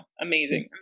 amazing